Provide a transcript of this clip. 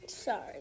Sorry